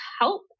help